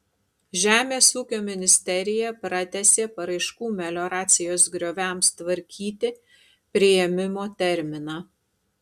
žemės ūkio ministerija pratęsė paraiškų melioracijos grioviams tvarkyti priėmimo terminą